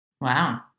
wow